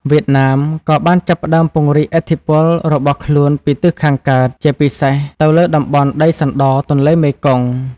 វៀតណាម ក៏បានចាប់ផ្តើមពង្រីកឥទ្ធិពលរបស់ខ្លួនពីទិសខាងកើត ជាពិសេសទៅលើតំបន់ដីសណ្ដទន្លេមេគង្គ ។